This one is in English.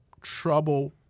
trouble